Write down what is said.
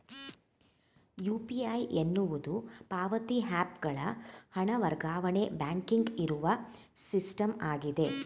UPI ಎನ್ನುವುದು ಪಾವತಿ app ಗಳ ಹಣ ವರ್ಗಾವಣೆಗೆ ಬ್ಯಾಂಕಿಂಗ್ ಇರುವ ಸಿಸ್ಟಮ್ ಆಗಿದೆ